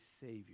Savior